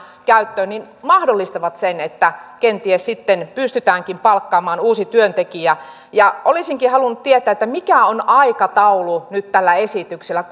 käyttöön mahdollistavat sen että kenties sitten pystytäänkin palkkaamaan uusi työntekijä olisinkin halunnut tietää mikä on aikataulu nyt tällä esityksellä